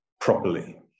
properly